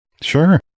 Sure